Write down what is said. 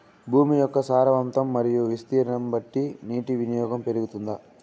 భూమి యొక్క సారవంతం మరియు విస్తీర్ణం బట్టి నీటి వినియోగం పెరుగుతుందా?